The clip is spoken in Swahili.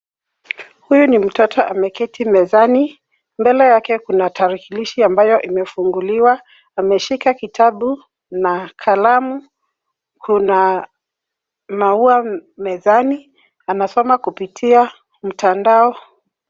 Huyu ni mtoto ameketi mezani mbele yake kun tarakilishi ambayo imefunguliwa ameshika kitabu na kalamu, kuna maua mezani, anasoma kupitia mtandao.